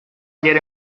ayer